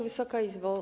Wysoka Izbo!